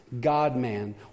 God-man